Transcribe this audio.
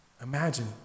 imagine